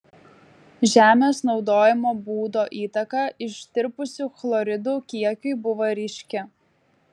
žemės naudojimo būdo įtaka ištirpusių chloridų kiekiui buvo ryški